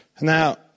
Now